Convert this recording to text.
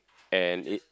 and it